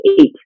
eight